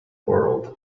world